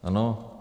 Ano?